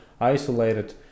isolated